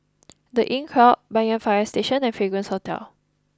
the Inncrowd Banyan Fire Station and Fragrance Hotel